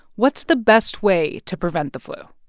what's the best way to prevent the flu?